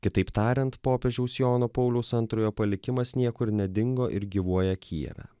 kitaip tariant popiežiaus jono pauliaus antrojo palikimas niekur nedingo ir gyvuoja kijeve